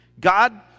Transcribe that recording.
God